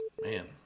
man